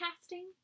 casting